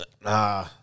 Nah